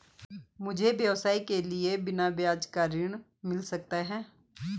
मुझे व्यवसाय के लिए बिना ब्याज का ऋण मिल सकता है?